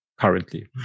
currently